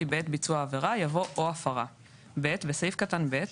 "בעת ביצוע העבירה" יבוא "או ההפרה"; (ב)בסעיף קטן (ב),